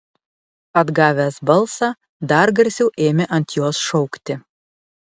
atgavęs balsą dar garsiau ėmė ant jos šaukti